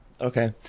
Okay